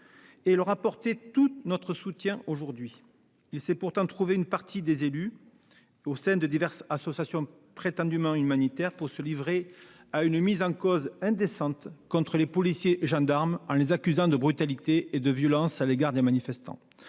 et leur apporter tout notre soutien aujourd'hui. Il s'est pourtant trouvé plusieurs élus, membres de diverses associations prétendument humanitaires, pour se livrer à une mise en cause indécente des policiers et des gendarmes, les accusant de brutalité et de violence à l'égard des manifestants.